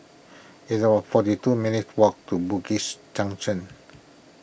it's about forty two minutes' walk to Bugis Junction